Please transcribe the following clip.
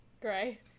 Gray